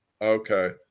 Okay